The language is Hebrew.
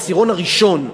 העשירון הראשון מלמטה.